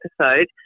episode